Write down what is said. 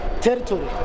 territory